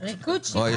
העיקרון הוא חשוב ונכון,